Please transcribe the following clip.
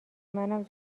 منم